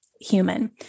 human